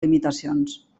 limitacions